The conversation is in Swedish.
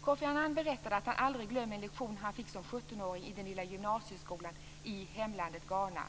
Koffi Annan berättade att han aldrig glömmer en lektion han fick som 17-åring i den lilla gymnasieskolan i hemlandet Ghana.